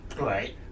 Right